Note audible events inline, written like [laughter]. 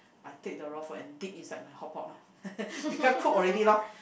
I take the raw food and dip inside my hotpot loh [laughs] become cooked already loh